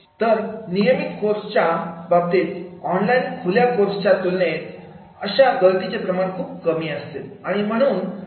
तर नियमित कोर्स च्या बाबतीतऑनलाईन खुल्या कोर्स च्या तुलनेने अशा गळतीचे प्रमाण खूप कमी असते